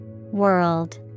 World